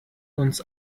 uns